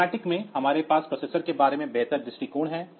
योजनाबद्ध में हमारे पास प्रोसेसर के बारे में बेहतर दृष्टिकोण है